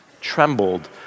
trembled